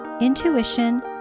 intuition